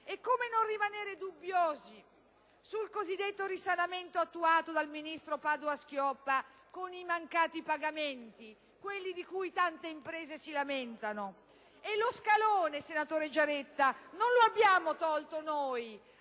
Come non rimanere dubbiosi sul cosiddetto risanamento attuato dal ministro Padoa-Schioppa con i mancati pagamenti, quelli di cui tante imprese si lamentano? E lo scalone, senatore Giaretta, non lo abbiamo tolto noi;